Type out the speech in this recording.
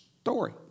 Story